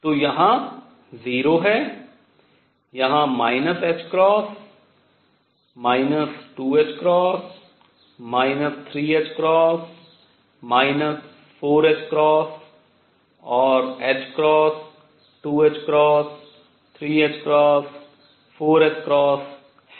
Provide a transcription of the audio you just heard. तो यहाँ 0 है यहाँ 2 3 4 और 2 3 4 हैं